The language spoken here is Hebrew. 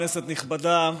כנסת נכבדה,